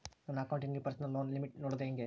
ನನ್ನ ಅಕೌಂಟಿನಲ್ಲಿ personal loan limit ನೋಡದು ಹೆಂಗೆ?